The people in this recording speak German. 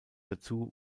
dazu